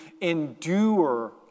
endure